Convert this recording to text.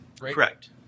Correct